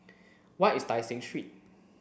where is Tai Seng Street